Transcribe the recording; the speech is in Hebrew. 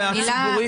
מהציבורי.